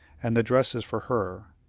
and the dress is for her.